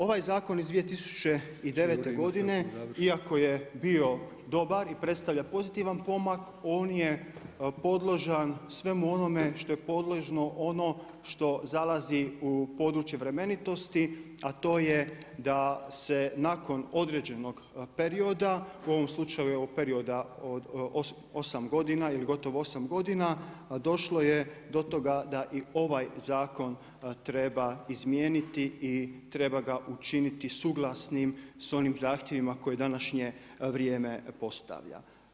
Ovaj zakon iz 2009. godine iako je bio dobar i predstavlja pozitivan pomak, on je podložan svemu onome što je podložno ono što zalazi područje vremenitosti a to je da se nakon određenog perioda u ovom slučaju u perioda od 8 godina, došlo je do toga da i ovaj zakon treba izmijeniti i treba ga učiniti suglasnim s onim zahtjevima koje današnje vrijeme postavlja.